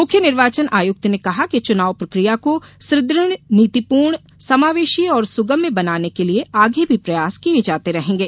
मुख्य निर्वाचन आयुक्त ने कहा कि चुनाव प्रक्रिया को सुदृ ढ़ नीतिपूर्ण समावेशी और सुगम्य बनाने के लिए आगे भी प्रयास किये जाते रहेंगे